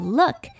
look